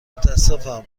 متأسفم